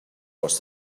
wash